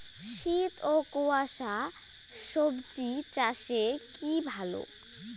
শীত ও কুয়াশা স্বজি চাষে কি ভালো?